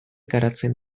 garatzen